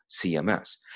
CMS